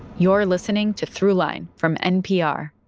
you're listening to throughline from npr